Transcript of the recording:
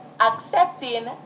accepting